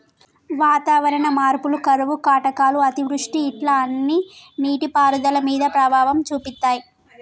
వాతావరణ మార్పులు కరువు కాటకాలు అతివృష్టి ఇట్లా అన్ని నీటి పారుదల మీద ప్రభావం చూపితాయ్